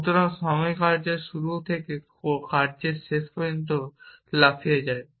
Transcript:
সুতরাং সময় কার্যের শুরু থেকে কার্যের শেষ পর্যন্ত লাফিয়ে যায়